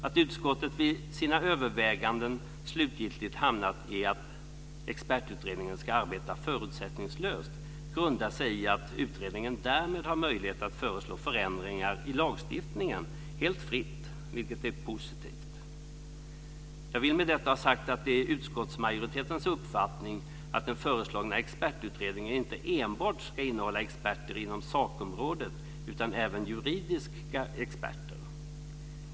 Att utskottet i sina överväganden slutgiltigt har stannat för att expertutredningen ska arbeta förutsättningslöst grundar sig på att utredningen därmed har möjlighet att föreslå förändringar i lagstiftningen helt fritt, vilket är positivt. Jag vill med detta ha sagt att det är utskottsmajoritetens uppfattning att den föreslagna expertutredningen inte enbart ska innehålla experter inom sakområdet utan även juridiska experter.